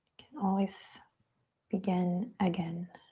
can always begin again.